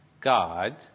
God